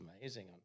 amazing